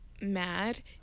Mad